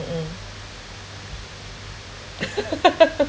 mm